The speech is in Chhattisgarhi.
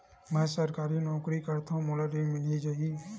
मै सरकारी नौकरी करथव मोला ऋण मिल जाही?